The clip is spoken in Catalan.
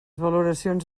valoracions